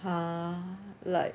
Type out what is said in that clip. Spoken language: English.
ah like